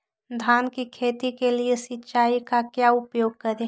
धान की खेती के लिए सिंचाई का क्या उपयोग करें?